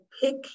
Pick